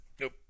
Nope